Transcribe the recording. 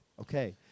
Okay